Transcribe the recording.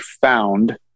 found